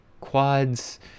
quads